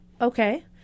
Okay